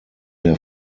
der